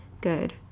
Good